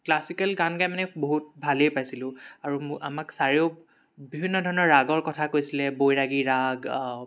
classical গান গাই মানে বহুত ভালে পাইছিলো আৰু আমাক ছাৰেও বিভিন্ন ধৰণৰ ৰাগৰ কথা কৈছিলে বৈৰাগী ৰাগ